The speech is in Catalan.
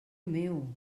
meu